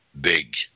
big